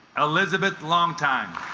elizabeth long time